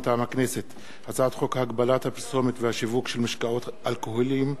מטעם הכנסת: הצעת חוק הגבלת הפרסומת והשיווק של משקאות אלכוהוליים,